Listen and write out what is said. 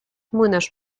młynarz